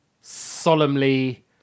Solemnly